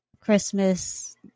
Christmas